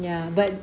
ya but